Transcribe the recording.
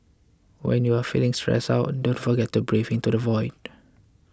when you are feeling stressed out don't forget to breathe into the void